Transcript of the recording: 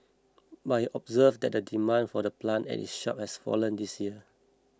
but he observed that the demand for the plant at his shop has fallen this year